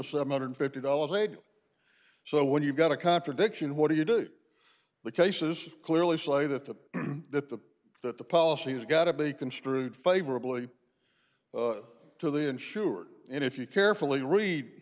seven hundred and fifty dollars a day so when you've got a contradiction what do you do the cases clearly schley that the that the that the policy has got to be construed favorably to the insured and if you carefully read